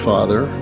Father